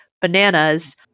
bananas